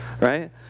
right